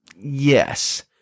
yes